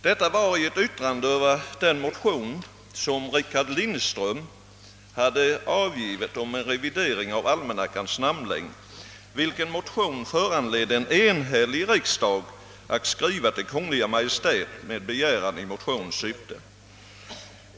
Detta framhölls i ett yttrande över en motion, väckt av Rickard Lindström, om en revidering av almanackans namnlängd, vilken motion föranledde en enhällig riksdag att skriva till Kungl. Maj:t med begäran om åtgärder i motionens syfte.